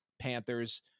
Panthers